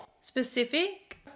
specific